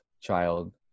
child